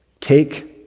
take